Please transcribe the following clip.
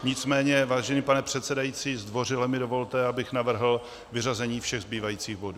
Nicméně, vážený pane předsedající, zdvořile mi dovolte, abych navrhl vyřazení všech zbývajících bodů.